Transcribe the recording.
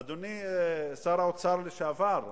אדוני שר האוצר לשעבר,